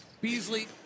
Beasley